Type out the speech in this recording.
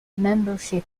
membership